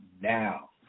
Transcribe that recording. now